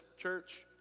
church